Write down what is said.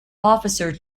officer